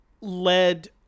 led